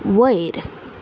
वयर